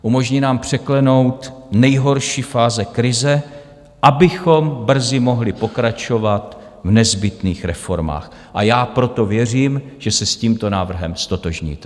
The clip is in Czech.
Umožní nám překlenout nejhorší fáze krize, abychom brzy mohli pokračovat v nezbytných reformách, a já proto věřím, že se s tímto návrhem ztotožníte.